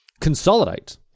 consolidate